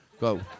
Go